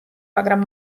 მაგრამ